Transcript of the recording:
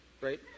right